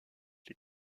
les